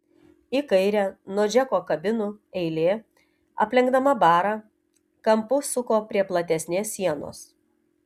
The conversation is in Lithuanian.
į kairę nuo džeko kabinų eilė aplenkdama barą kampu suko prie platesnės sienos